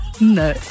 No